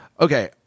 okay